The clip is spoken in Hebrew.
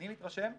אני מתרשם שמתבצע,